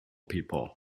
people